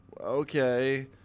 okay